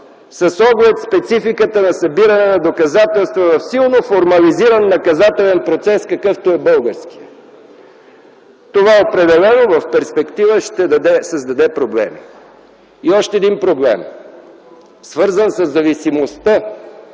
с оглед спецификата на събиране на доказателства за силно формализиран наказателен процес, какъвто е българският. Това определено в перспектива ще създаде проблеми. Още един проблем, свързан със зависимостта